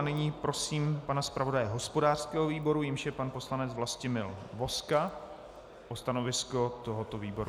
Nyní prosím pana zpravodaje hospodářského výboru, jímž je pan poslanec Vlastimil Vozka, o stanovisko tohoto výboru.